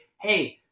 hey